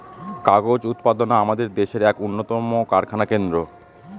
কাগজ উৎপাদনা আমাদের দেশের এক উন্নতম কারখানা কেন্দ্র